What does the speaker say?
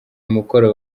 umukoro